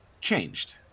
changed